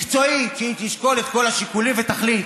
מקצועית, שתשקול את כל השיקולים ותחליט.